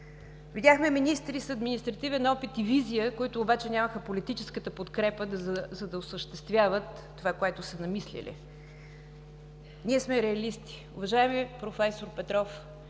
Видяхме министри с административен опит и визия, които обаче нямаха политическата подкрепа, за да осъществяват това, което са намислили. Ние сме реалисти. Уважаеми проф. Петров,